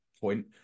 point